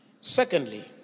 Secondly